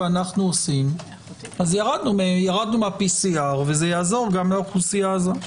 ואנו עושים אז ירדנו מה-PCR וזה יעזור גם לאוכלוסייה הזאת.